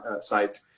site